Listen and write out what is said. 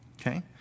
Okay